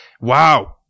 wow